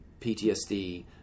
PTSD